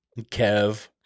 Kev